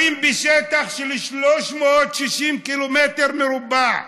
בשטח של 360 קילומטר מרובע: